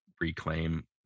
reclaim